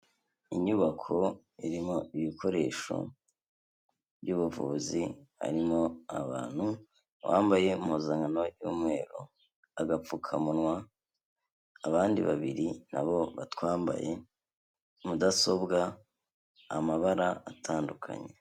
Inyubako irimo ibikoresho by'ubuvuzi, harimo abantu bambaye impuzankano y'umweru, agapfukamunwa, abandi babiri na bo batwambaye, mudasobwa, amabara atandukanye.